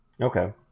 okay